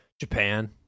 Japan